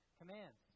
commands